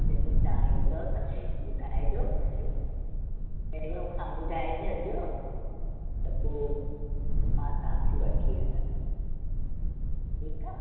जॾहिं तव्हां ईंदो त ॿुधाइजो पहिरियों पहिरियों खां ॿुधाए छॾिजो त पोइ मां तव्हांखे वठी हलंदसि ठीकु आहे